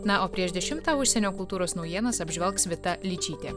na o prieš dešimtą užsienio kultūros naujienas apžvelgs vita ličytė